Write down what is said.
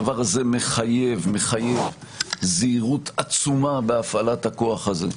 הדבר הזה מחייב זהירות עצומה בהפעלת הכוח הזה,